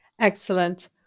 Excellent